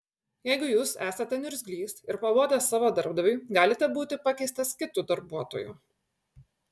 jeigu jūs esate niurgzlys ir pabodęs savo darbdaviui galite būti pakeistas kitu darbuotoju